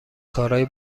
کارهای